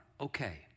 okay